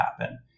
happen